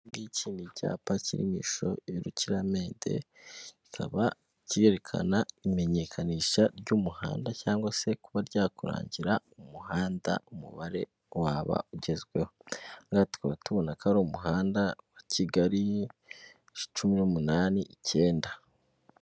Iki ni icyapa kiri mu ishusho y'urukiramende, kikaba cyerekana imenyekanisha ry'umuhanda cyangwa se kuba ryakurangira umuhanda umubare waba ugezweho, ahangaha tukaba tubona ko ari umuhanda wa Kigali cumi n'umunani icyenda.